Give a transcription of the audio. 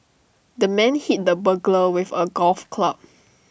the man hit the burglar with A golf club